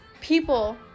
people